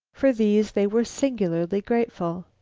for these they were singularly grateful.